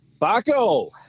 Baco